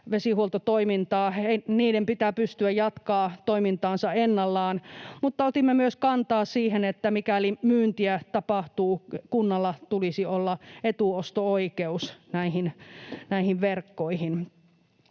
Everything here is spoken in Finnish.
vesihuoltotoimintaa, pitää pystyä jatkamaan toimintaansa ennallaan, mutta otimme kantaa myös siihen, että mikäli myyntiä tapahtuu, kunnalla tulisi olla etuosto-oikeus näihin verkkoihin.